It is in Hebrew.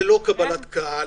לגבי נושא נתב"ג,